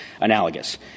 analogous